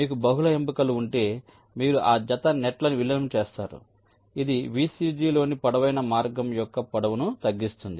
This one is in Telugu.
మీకు బహుళ ఎంపికలు ఉంటే మీరు ఆ జత నెట్ లను విలీనం చేస్తారు ఇది VCG లోని పొడవైన మార్గం యొక్క పొడవును తగ్గిస్తుంది